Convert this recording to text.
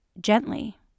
gently